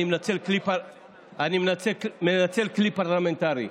אני מנצל כלי פרלמנטרי.